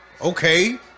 Okay